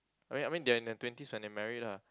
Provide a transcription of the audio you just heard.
I mean I mean they are in their twenties when they married lah